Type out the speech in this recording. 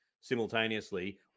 simultaneously